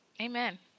Amen